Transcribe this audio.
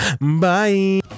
Bye